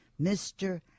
Mr